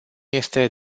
este